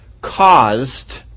caused